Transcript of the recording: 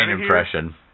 impression